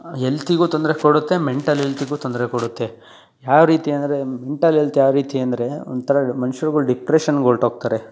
ಎಲ್ತಿಗೂ ತೊಂದರೆ ಕೊಡುತ್ತೆ ಮೆಂಟಲ್ ಎಲ್ತಿಗೂ ತೊಂದರೆ ಕೊಡುತ್ತೆ ಯಾವ ರೀತಿ ಅಂದರೆ ಮೆಂಟಲ್ ಎಲ್ತ್ ಯಾವ ರೀತಿ ಅಂದರೆ ಒಂಥರ ಮನ್ಷ್ರುಗಳು ಡಿಪ್ರೆಶನ್ಗೆ ಹೊರ್ಟೋಗ್ತಾರೆ